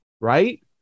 right